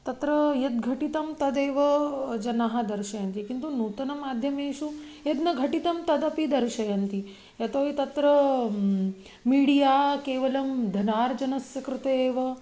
तत्र यद्घटितं तदेव जनाः दर्शयन्ति किन्तु नूतनमाध्यमेषु यद् न घटितं तदपि दर्शयन्ति यतोहि तत्र म् मीडिया केवलं धनार्जनस्य कृते एव